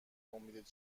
امید